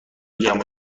جمع